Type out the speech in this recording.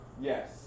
Yes